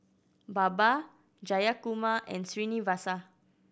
Baba Jayakumar and Srinivasa